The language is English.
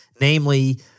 Namely